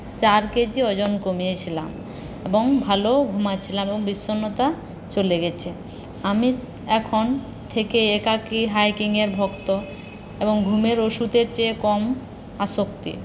চার কেজি ওজন কমিয়ে ছিলাম এবং ভালো ঘুমাচ্ছিলাম এবং বিষন্নতা চলে গেছে আমি এখন থেকে একাকী হ্যাকিংয়ের ভক্ত এবং ঘুমের ওষুধের চেয়ে কম আসক্তি